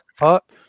up